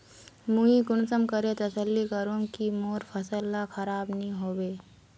मुई कुंसम करे तसल्ली करूम की मोर फसल ला खराब नी होबे?